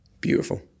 Beautiful